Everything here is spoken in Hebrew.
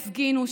הפגינו,